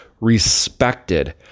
respected